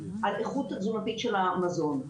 על האיכות התזונתית של המזון.